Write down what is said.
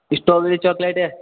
strawberry chocolate है